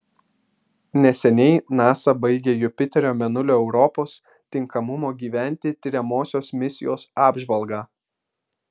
neseniai nasa baigė jupiterio mėnulio europos tinkamumo gyventi tiriamosios misijos apžvalgą